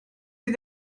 sie